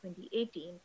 2018